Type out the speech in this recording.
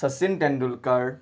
Sachin Tendulkar